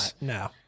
no